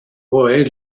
boy